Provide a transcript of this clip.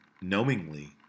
knowingly